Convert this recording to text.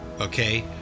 okay